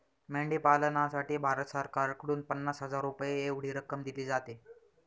मेंढी पालनासाठी भारत सरकारकडून पन्नास हजार रुपये एवढी रक्कम दिली जाते